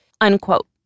unquote